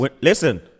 Listen